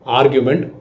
argument